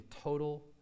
total